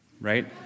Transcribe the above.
right